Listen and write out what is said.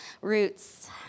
roots